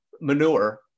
manure